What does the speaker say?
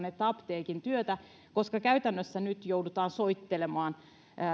että apteekin työtä koska käytännössä nyt joudutaan soittelemaan